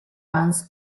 hans